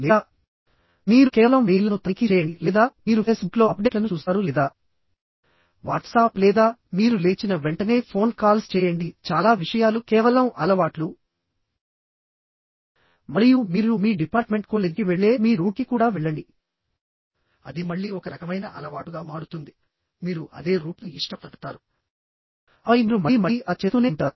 లేదా మీరు కేవలం మెయిల్లను తనిఖీ చేయండి లేదా మీరు ఫేస్ బుక్లో అప్డేట్లను చూస్తారు లేదా వాట్సాప్ లేదా మీరు లేచిన వెంటనే ఫోన్ కాల్స్ చేయండి చాలా విషయాలు కేవలం అలవాట్లు మరియు మీరు మీ డిపార్ట్మెంట్ కోల్లెజ్కి వెళ్లే మీ రూట్కి కూడా వెళ్లండి అది మళ్లీ ఒక రకమైన అలవాటుగా మారుతుంది మీరు అదే రూట్ను ఇష్టపడతారు ఆపై మీరు మళ్లీ మళ్లీ అలా చేస్తూనే ఉంటారు